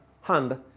hand